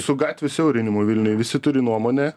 su gatvių siaurinimu vilniuj visi turi nuomonę